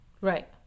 Right